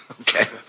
Okay